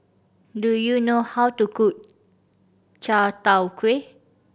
do you know how to cook chai tow kway